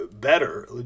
better